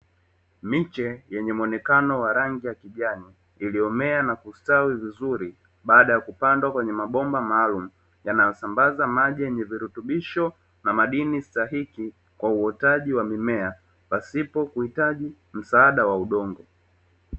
Miche yenye muonekano wa rangi ya kijani iliyomea na kustawi vizuri baada ya kupandwa kwenye mabomba maalumu, yanayosamabaza maji yenye virutubisho na madini stahiki kwa uotaji wa mimea pasipo kuhitaji msaada wa udongo.